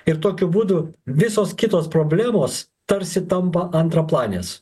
ir tokiu būdu visos kitos problemos tarsi tampa antraplanės